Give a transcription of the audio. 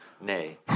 nay